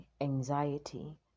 anxiety